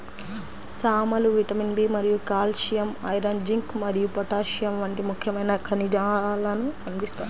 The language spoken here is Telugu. సామలు విటమిన్ బి మరియు కాల్షియం, ఐరన్, జింక్ మరియు పొటాషియం వంటి ముఖ్యమైన ఖనిజాలను అందిస్తాయి